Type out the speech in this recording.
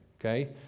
okay